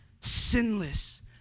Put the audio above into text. sinless